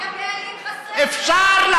כי הבעלים חסרי אחריות.